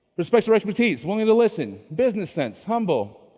respects our expertise, willing to listen, business sense, humble.